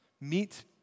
Meet